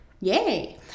yay